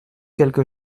quelque